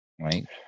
right